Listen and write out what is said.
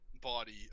body